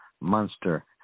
monster